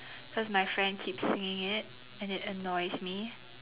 cause my friend keeps singing it and it annoys me